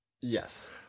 yes